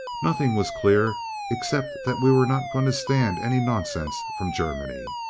nothing was clear except that we were not going to stand any nonsense from germany.